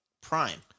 prime